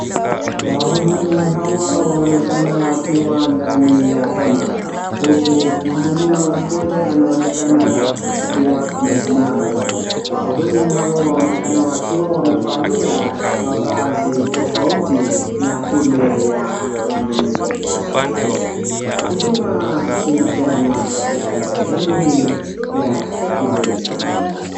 Wahudumu hawa waonekana wakiwa ndani ya hema huku mhudumiwa mmoja anaonekana akiwa amesimama. Wahudumu hawa waonekana wamevalia mavai tofauti na ile ya wananchi wazalendo. Huduma zinapeanwa katika sehemu hii ya kiserekali.